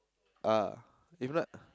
ah if not